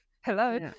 hello